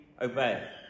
obey